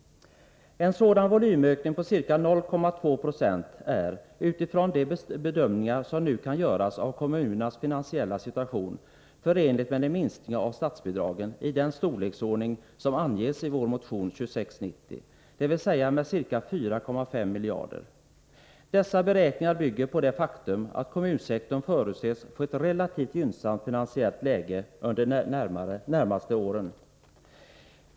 En sådan volymökning på ca 0,2 26 är, utifrån de bedömningar som nu kan göras av kommunernas finansiella situation, förenlig med en minskning av statsbidragen i den storleksordning som anges i vår motion 2690, dvs. med ca 4,5 miljarder. Dessa beräkningar bygger på det faktum att kommunsektorn förutses få ett relativt gynnsamt finansiellt läge under de närmaste åren.